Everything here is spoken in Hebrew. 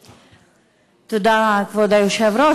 תודה, כבוד היושב-ראש.